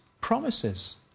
promises